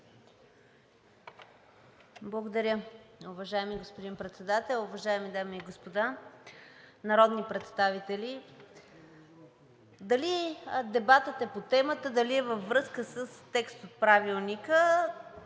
Благодаря. Уважаеми господин Председател, уважаеми дами и господа народни представители! Дали дебатът е по темата, дали е във връзка с текст от Правилника,